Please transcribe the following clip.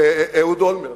לאהוד אולמרט,